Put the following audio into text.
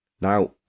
now